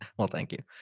well, thank you.